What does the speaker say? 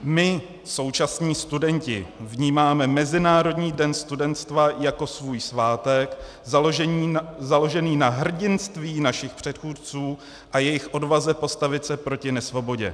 My, současní studenti, vnímáme Mezinárodní den studenstva jako svůj svátek založený na hrdinství našich předchůdců a jejich odvaze postavit se proti nesvobodě.